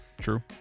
True